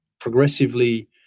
progressively